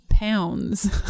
pounds